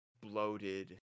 bloated